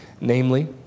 Namely